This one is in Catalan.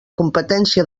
competència